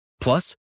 Plus